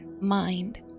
mind